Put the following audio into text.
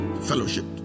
Fellowship